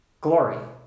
Glory